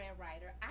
writer